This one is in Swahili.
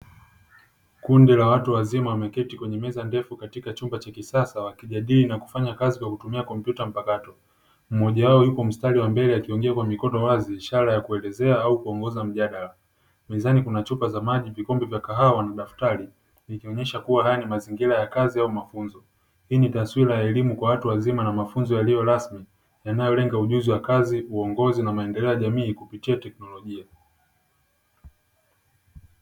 Kundi la watu wazima wameketi kwenye meza ndefu katika chumba cha kisasa wakijadili na kufanya kazi kwa kutumia kompyuta mpakato. Mmoja wao yuko mstari wa mbele akiongea kwa mikono wazi ishara ya kuelezea au kuongoza mjadala. Mezani kuna chupa za maji, vikombe vya kahawa na madaftari ikionyesha kuwa haya ni mazingira ya kazi au mafunzo. Hii ni taswira ya elimu kwa watu wazima na mafunzo yaliyo rasmi yanayolenga ujuzi wa kazi, uongozi na maendeleo ya jamii kupitia teknolojia.